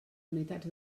unitats